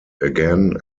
again